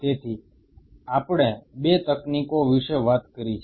તેથી આપણે 2 તકનીકો વિશે વાત કરી છે